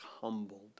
humbled